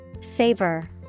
Savor